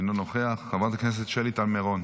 אינו נוכח, חברת הכנסת שלי טל מירון,